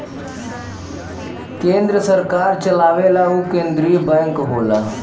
केन्द्र सरकार चलावेला उ केन्द्रिय बैंक होला